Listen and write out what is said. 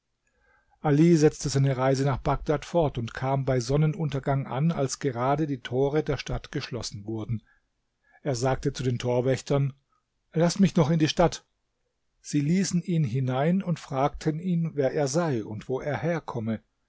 ali setzte seine reise nach bagdad fort und kam bei sonnenuntergang an als gerade die tore der stadt geschlossen wurden er sagte zu den torwächtern laßt mich noch in die stadt sie ließen ihn hinein und fragten ihn wer er sei und wo er herkomme